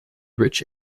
rich